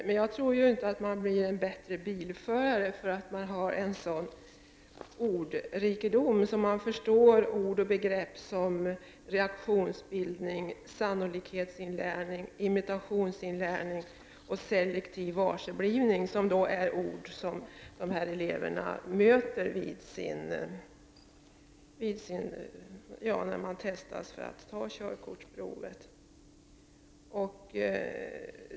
Men man blir nog inte en bra bilförare bara för att man har ett så rikt ordförråd att man förstår ord och begrepp som ”reaktionsbildning”, ”sannolikhetsinlärning”, ”imitationsinlärning” och ”selektiv varseblivning” — begrepp som dessa elever möter vid körkortsprovet.